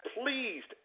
pleased